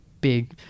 big